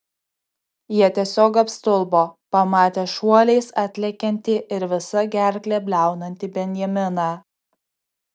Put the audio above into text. jie tiesiog apstulbo pamatę šuoliais atlekiantį ir visa gerkle bliaunantį benjaminą